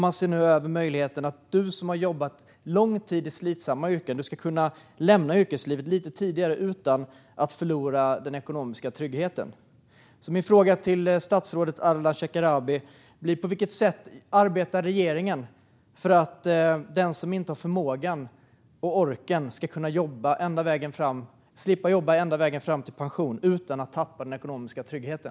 Man ser nu över möjligheten för de som har jobbat lång tid i slitsamma yrken att lämna yrkeslivet lite tidigare utan att förlora den ekonomiska tryggheten. Min fråga till statsrådet Ardalan Shekarabi blir: På vilket sätt arbetar regeringen för att den som inte har förmågan och orken ska kunna slippa jobba hela vägen fram till pension utan att tappa den ekonomiska tryggheten?